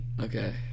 Okay